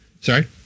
Sorry